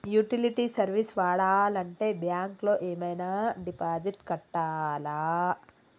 Utility service వాడాలంటే bank లో ఏమైనా డిపాజిట్ కట్టాలా?